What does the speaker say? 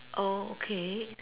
oh okay